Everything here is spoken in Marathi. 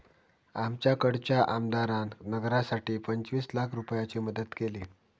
आमच्याकडच्या आमदारान नगरासाठी पंचवीस लाख रूपयाची मदत केली